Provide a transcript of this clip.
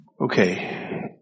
Okay